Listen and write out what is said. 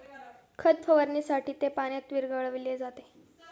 खत फवारणीसाठी ते पाण्यात विरघळविले जाते